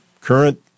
current